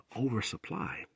oversupply